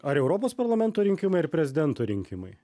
ar europos parlamento rinkimai ar prezidento rinkimai